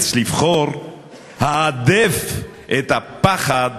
העדף את הפחד,